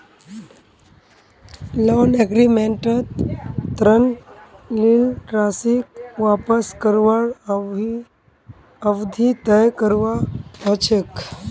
loan एग्रीमेंटत ऋण लील राशीक वापस करवार अवधि तय करवा ह छेक